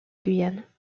guyane